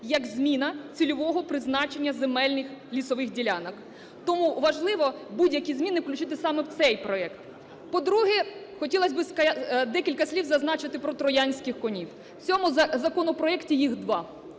як зміна цільового призначення земельних лісових ділянок. Тому важливо будь-які зміни включити саме в цей проект. По-друге, хотілось би декілька слів зазначити про "троянських коней". В цьому законопроекті їх два.